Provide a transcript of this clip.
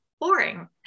boring